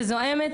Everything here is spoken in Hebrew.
וזועמת.